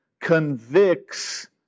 convicts